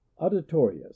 Auditorius